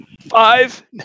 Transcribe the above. five